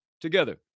together